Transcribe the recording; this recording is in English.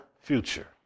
future